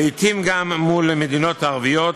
לעתים גם מול מדינות ערביות.